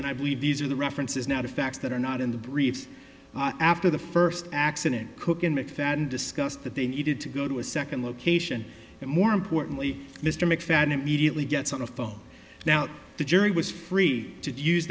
and i believe these are the references now to facts that are not in the briefs after the first accident cooking mcfadden discussed that they needed to go to a second location and more importantly mr mcfadden immediately gets on the phone now the jury was free to use